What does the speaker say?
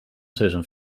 tussen